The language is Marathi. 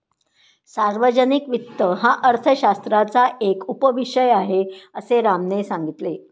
सार्वजनिक वित्त हा अर्थशास्त्राचा एक उपविषय आहे, असे रामने सांगितले